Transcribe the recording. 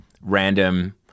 random